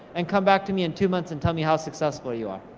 and come back to me in two months, and tell me how successful you are.